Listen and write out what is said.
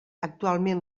actualment